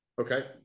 Okay